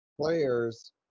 players